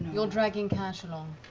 you're dragging kash along.